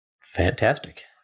Fantastic